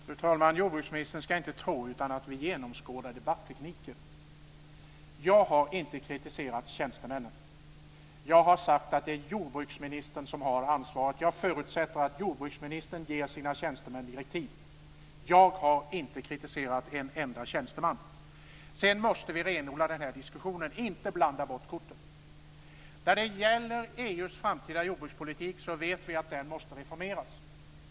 Fru talman! Jordbruksministern ska inte tro annat än att vi genomskådar debattekniken. Jag har inte kritiserat tjänstemännen. Jag har sagt att det är jordbruksministern som har ansvaret. Jag förutsätter att jordbruksministern ger sina tjänstemän direktiv. Jag har inte kritiserat en enda tjänsteman. Sedan måste vi renodla den här diskussionen och inte blanda bort korten. Vi vet att EU:s framtida jordbrukspolitik måste reformeras.